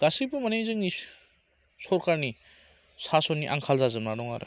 गासैबो माने जोंनि सरकारनि सास'ननि आंखाल जाजोबना दं आरो